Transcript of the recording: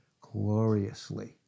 Gloriously